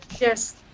Yes